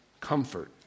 comfort